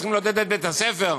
צריכים לעודד את בית-הספר,